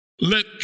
Let